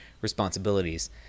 responsibilities